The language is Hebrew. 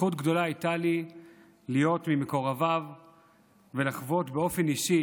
זכות גדולה הייתה לי להיות ממקורביו ולחוות באופן אישי